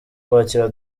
kwakira